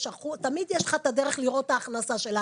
תמיד יש לך את הדרך לראות את ההכנסה שלה.